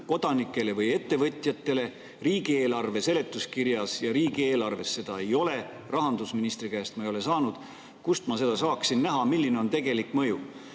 kodanikele või ettevõtjatele. Riigieelarve seletuskirjas ja riigieelarves seda ei ole, rahandusministri käest ma ei ole saanud. Kust ma seda saaksin näha, milline on tegelik mõju?